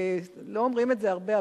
לא אומרים את זה הרבה,